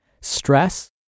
stress